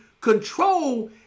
control